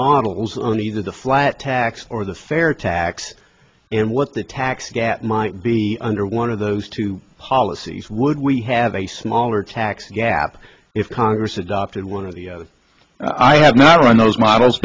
models on either the flat tax or the fair tax and what the tax gap might be under one of those two policies would we have a smaller tax gap if congress adopted one or the other i have not run those models